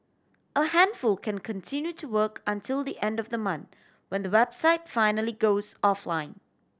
a handful can continue to work until the end of the month when the website finally goes offline